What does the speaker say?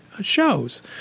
shows